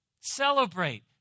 Celebrate